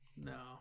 No